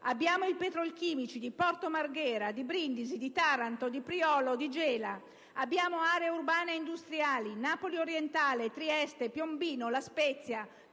Abbiamo i petrolchimici di Porto Marghera, di Brindisi, di Taranto, di Priolo e di Gela. Abbiamo aree urbane industriali, come Napoli orientale, Trieste, Piombino, La Spezia,